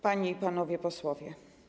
Panie i Panowie Posłowie!